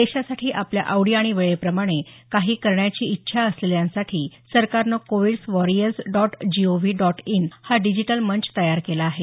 देशासाठी आपल्या आवडी आणि वेळेप्रमाणे काही करण्याची इच्छा असलेल्यांसाठी सरकारनं covids warriors dot G O V dot in हा डिजिटल मंच तयार केला आहे